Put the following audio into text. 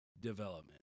development